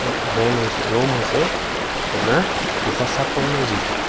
RAM হৈছে ROM হৈছে আপোনাৰ দুশ ছাপন্ন জিবি